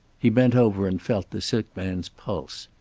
he bent over and felt the sick man's pulse.